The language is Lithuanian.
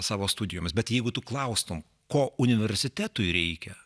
savo studijoms bet jeigu tu klaustum ko universitetui reikia